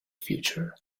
future